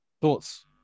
Thoughts